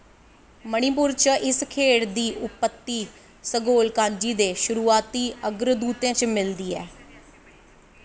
मणिपुर च इस खेढ दी उत्त्पत्ति सगोल कांजी दे शुरुआती अग्रदूतें च मिलदी ऐ